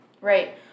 Right